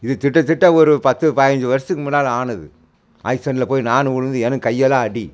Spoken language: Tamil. இது திட்டதிட்ட ஒரு பத்து பதிஞ்சி வருஷத்துக்கு முன்னால் ஆனது ஆக்சிரெண்ட்டில் போய் நானும் விழுந்து எனக்கு கையெல்லாம் அடி